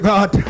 God